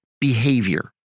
behavior